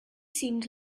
seemed